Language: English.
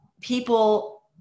people